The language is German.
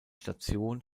station